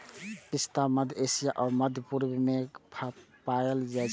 पिस्ता मध्य एशिया आ मध्य पूर्व मे पाएल जाइ छै